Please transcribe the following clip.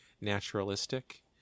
naturalistic